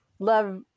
love